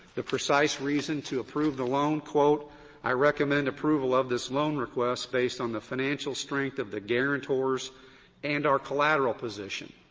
the precise reason to approve the loan, i recommend approval of this loan request based on the financial strength of the guarantors and our collateral position.